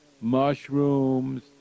mushrooms